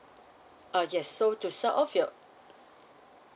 uh yes so to sell off your uh uh